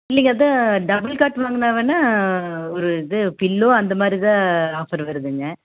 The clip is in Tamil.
இல்லைங்க அதான் டபுள் காட் வாங்கினா வேணா ஒரு இது பில்லோ அந்தமாதிரி தான் ஆஃபர் வருதுங்க